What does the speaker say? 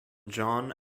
john